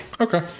Okay